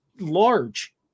large